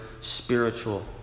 spiritual